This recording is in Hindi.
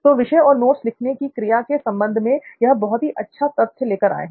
तो विषय और नोट्स लिखने की क्रिया के संबंध में यह बहुत ही अच्छा तथ्य लेकर आए हैं